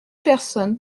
personnes